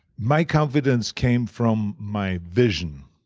my confidence came from my vision